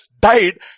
died